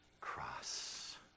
cross